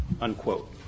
unquote